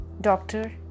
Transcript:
doctor